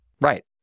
Right